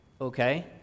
Okay